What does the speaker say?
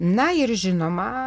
na ir žinoma